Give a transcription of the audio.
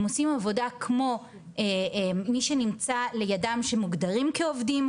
הם עושים עבודה כמו מי שנמצא לידם שמוגדרים כעובדים,